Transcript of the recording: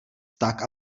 tak